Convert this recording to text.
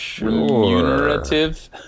Remunerative